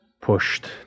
pushed